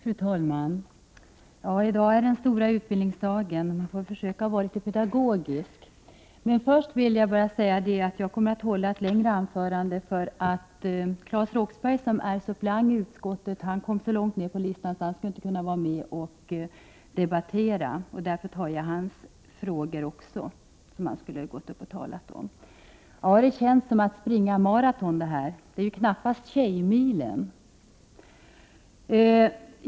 Fru talman! I dag är det den stora utbildningsdagen, så man får försöka vara litet pedagogisk. Först vill jag säga att jag kommer att hålla ett längre anförande än vad som från början var meningen. Claes Roxbergh, som är suppleant i utskottet, har nämligen hamnat så långt ner på talarlistan att han inte kommer att kunna delta i replikskiftena, och därför kommer jag att också ta upp några av de frågor som han skulle ha talat om. Det här känns som att springa maraton — det är ju knappast tjejmilen.